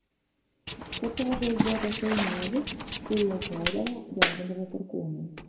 kartu ąžuolas buvo tasai medis kurį aukodavo degindavo perkūnui